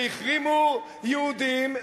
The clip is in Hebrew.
שהחרימו יהודים,